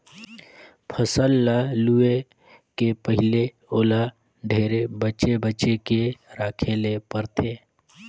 फसल ल लूए के पहिले ओला ढेरे बचे बचे के राखे ले परथे